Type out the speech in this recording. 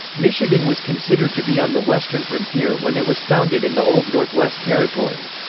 michigan was considered to be on the western frontier when it was founded in the old northwest territory.